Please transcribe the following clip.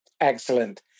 Excellent